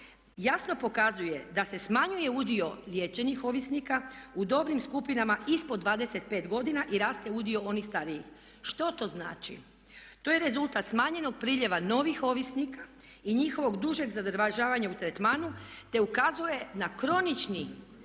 jasno pokazuje da se smanjuje udio liječenih ovisnika u dobnim skupinama ispod 25 godina i raste udio onih starijih. Što to znači? To je rezultat smanjenog priljeva novih ovisnika i njihovog dužeg zadržavanja u tretmanu te ukazuje na kronični